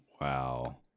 Wow